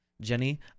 Jenny